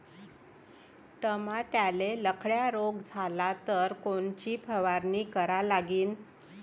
टमाट्याले लखड्या रोग झाला तर कोनची फवारणी करा लागीन?